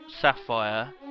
sapphire